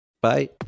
Bye